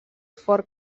fort